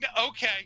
Okay